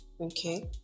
Okay